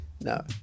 No